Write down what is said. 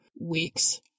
weeks